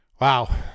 wow